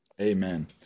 Amen